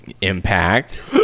Impact